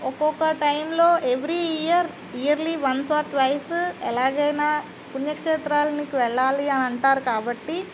ఒకొక టైమ్లో every year yearly once or twice ఎలాగైనా పుణ్యక్షేత్రాల్నికి వెళ్ళాలి అని అంటారు కాబట్టి